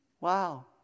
wow